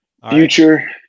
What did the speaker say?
future